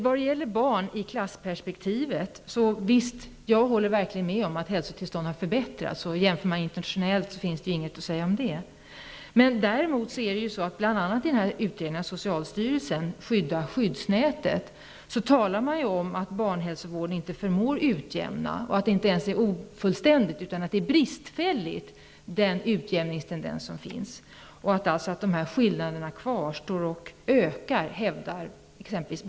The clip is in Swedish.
Vad gäller barn i klassperspektivet håller jag med om att hälsotillståndet verkligen har förbättrats, och vid en internationell jämförelse finns det ingenting att säga om det. Däremot talas det i socialstyrelsens utredning Skydda skyddsnätet om att barnhälsovården inte förmår utjämna och att den utjämningstendens som finns är inte bara ofullständig utan t.o.m. bristfällig.